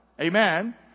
Amen